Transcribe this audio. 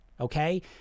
Okay